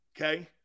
Okay